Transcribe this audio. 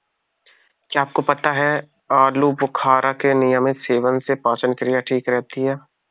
क्या आपको पता है आलूबुखारा के नियमित सेवन से पाचन क्रिया ठीक रहती है?